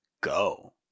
go